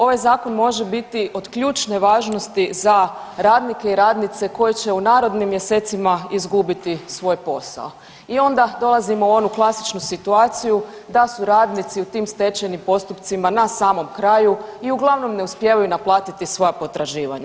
Ovaj zakon može biti od ključne važnosti za radnike i radnice koji će u narednim mjesecima izgubiti svoj posao i onda dolazimo u onu klasičnu situaciju da su radnici u tim stečajnim postupcima na samom kraju i uglavnom ne uspijevaju naplatiti svoja potraživanja.